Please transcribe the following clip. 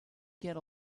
get